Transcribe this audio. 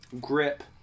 grip